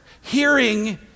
Hearing